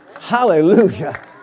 Hallelujah